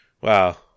Wow